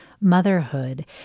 Motherhood